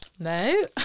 No